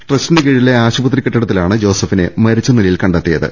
ട്രസ്റ്റിന് കീഴിലെ ആശുപത്രി കെട്ടി ടത്തിലാണ് ജോസഫിനെ മരിച്ച നിലയിൽ കണ്ടെത്തിയത്